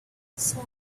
seven